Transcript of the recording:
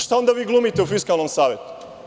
Šta onda vi glumite u Fiskalnom savetu?